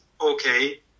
okay